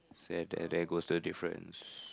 said and there goes the difference